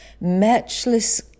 matchless